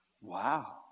Wow